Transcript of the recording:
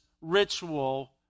ritual